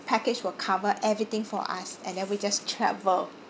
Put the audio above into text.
package will cover everything for us and then we just travel